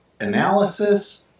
analysis